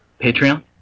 Patreon